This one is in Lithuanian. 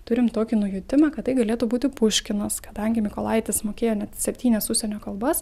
turim tokį nujutimą kad tai galėtų būti puškinas kadangi mykolaitis mokėjo net septynias užsienio kalbas